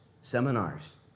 seminars